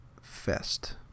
Fest